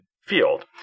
field